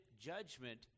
judgment